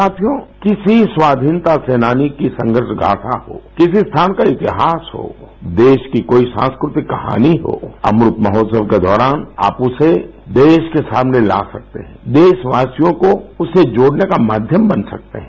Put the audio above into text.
साथियो किसी स्वाधीनता सेनानी की संघर्ष गाथा हो किसी स्थान का इतिहास हो देश की कोई सांस्कृतिक कहानी हो अमृत महोत्सव के दौरान आप उसे देश के सामने ला सकते हैं देशवासियों को उससे जोड़ने का माध्यम बन सकते हैं